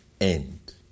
end